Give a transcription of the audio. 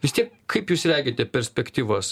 vis tiek kaip jūs regite perspektyvas